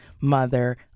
mother